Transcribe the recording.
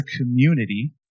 community